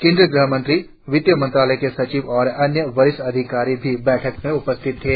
केंद्रीय ग़हमंत्री वित्त मंत्रालय के सचिव और अन्य वरिष्ठ अधिकारी भी बैठक में उपस्थित थे